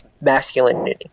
masculinity